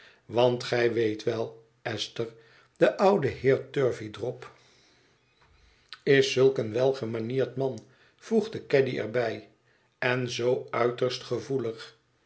want gij weet wel esther de oude heer turveydrop is zulk een het verlaten huis welgemanierd man voegde caddy er bij en zoo uiterst gevoelig